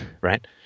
right